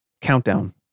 Countdown